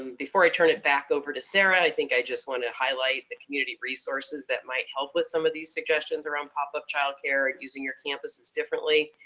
um before i turn it back over to sarah, i think i just want to highlight the community resources that might help with some of these suggestions around pop-up child care using your campuses differently.